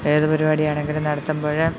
ഏതു പരിപാടി ആണെങ്കിലും നടത്തുമ്പോൾ